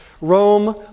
Rome